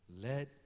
Let